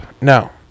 no